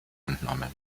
entnommen